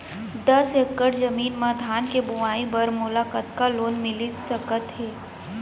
दस एकड़ जमीन मा धान के बुआई बर मोला कतका लोन मिलिस सकत हे?